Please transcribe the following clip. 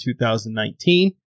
2019